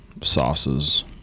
sauces